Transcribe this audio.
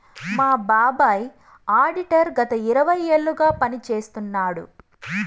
మా బాబాయ్ ఆడిటర్ గత ఇరవై ఏళ్లుగా పని చేస్తున్నాడు